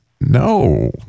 No